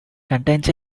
contains